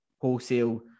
wholesale